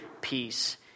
peace